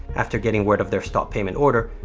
after getting word of their stop payment order,